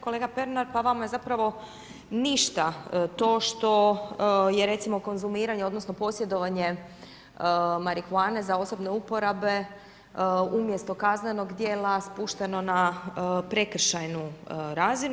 Kolega Pernar, pa vama je zapravo ništa to što je recimo konzumiranje odnosno posjedovanje marihuane za osobne uporabe umjesto kaznenog djela spušteno na prekršajnu razinu.